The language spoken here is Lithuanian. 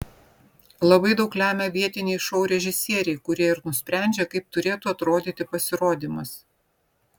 labai daug lemia vietiniai šou režisieriai kurie ir nusprendžia kaip turėtų atrodyti pasirodymas